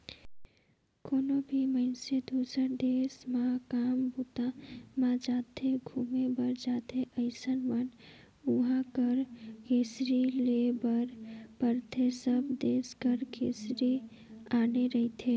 कोनो भी मइनसे दुसर देस म काम बूता म जाथे, घुमे बर जाथे अइसन म उहाँ कर करेंसी लेय बर पड़थे सब देस कर करेंसी आने रहिथे